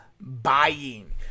buying